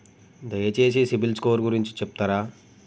దయచేసి CIBIL score గురించి చెప్తరా?